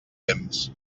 temps